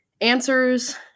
answers